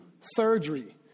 surgery